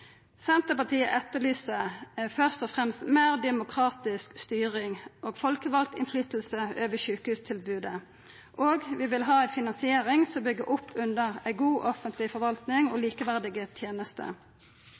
Senterpartiet etterlyser først og fremst meir demokratisk styring og folkevald innflytelse over sjukehustilbodet. Vi vil ha ei finansiering som byggjer opp under ei god offentleg forvalting og